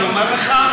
אני אומר לך,